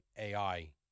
AI